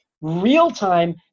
real-time